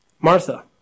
Martha